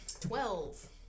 Twelve